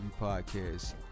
podcast